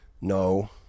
no